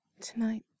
Tonight